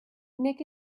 nick